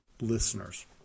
listeners